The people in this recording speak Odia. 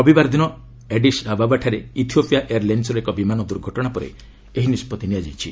ରବିବାର ଦିନ ଏଡିସ୍ ଆବାବାଠାରେ ଇଥିଓପିଆ ଏୟାର୍ଲାଇନ୍ସ୍ର ଏକ ବିମାନ ଦୂର୍ଘଟଣା ପରେ ଏହି ନିଷ୍ପଭି ନିଆଯାଇଛି